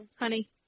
Honey